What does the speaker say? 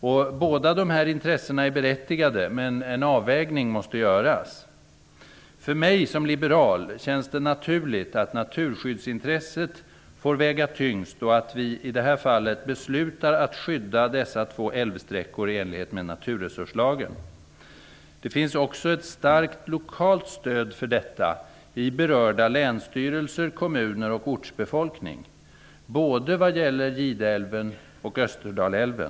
Båda dessa intressen är berättigade, men en avvägning måste göras. För mig som liberal känns det naturligt att naturskyddsintresset får väga tyngst och att vi i det här fallet beslutar att skydda dessa två älvsträckor i enlighet med naturresurslagen. Det finns också ett starkt lokalt stöd för detta hos berörda länsstyrelser, kommuner och ortsbefolkning, och det gäller både Gideälven och Österdalälven.